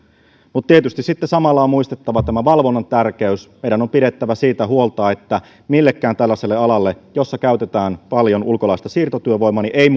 mutta tietysti sitten samalla on muistettava tämä valvonnan tärkeys meidän on pidettävä siitä huolta että millekään tällaiselle alalle jolla käytetään paljon ulkolaista siirtotyövoimaa ei